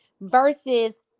versus